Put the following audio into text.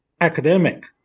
academic